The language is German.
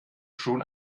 schon